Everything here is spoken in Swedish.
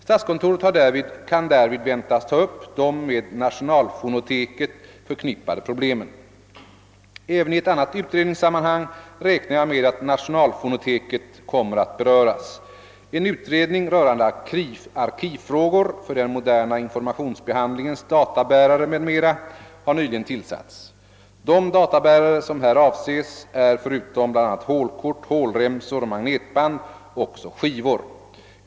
Statskontoret kan därvid väntas ta upp de med nationalfonoteket förknippade problemen. Även i ett annat utredningssammanhang räknar jag med att nationalfonoteket kommer att beröras. En utredning rörande arkivfrågor för den moderna informationsbehandlingens databärare m.m. har nyligen tillsatts. De databärare som här avses är förutom bl.a. hålkort, hålremsor och magnetband också skivor.